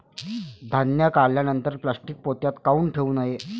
धान्य काढल्यानंतर प्लॅस्टीक पोत्यात काऊन ठेवू नये?